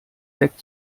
sekt